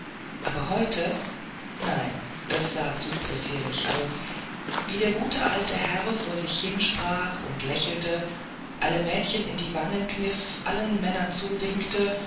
aber heute nein es sah zu possierlich aus wie der gute alte herr vor sich hin sprach und lächelte alle mädchen in die wangen kniff allen männern zuwinkte